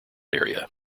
area